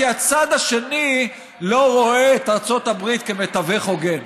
הצד השני לא רואה את ארצות הברית כמתווך הוגן.